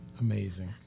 amazing